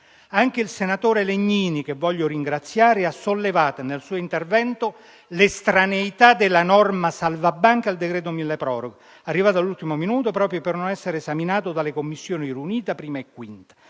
Anche il senatore Legnini, che voglio ringraziare, ha sollevato nel suo intervento l'estraneità della norma salvabanche al decreto milleproroghe, arrivata all'ultimo minuto proprio per non essere esaminata dalle Commissioni riunite 1a e 5a